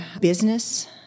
business